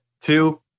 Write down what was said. Two